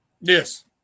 Yes